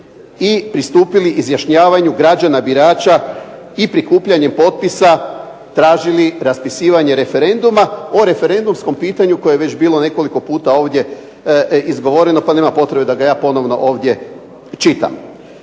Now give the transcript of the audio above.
i pristupili izjašnjavanju građana birača i prikupljanje potpisa, tražili raspisivanje referenduma o referendumskom pitanju koje je već bilo nekoliko puta ovdje izgovoreno pa nema potrebe da ga ja ponovno ovdje čitam.